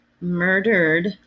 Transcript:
murdered